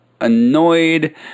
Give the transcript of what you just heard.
annoyed